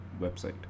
website